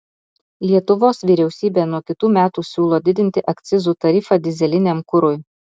lietuvos vyriausybė nuo kitų metų siūlo didinti akcizų tarifą dyzeliniam kurui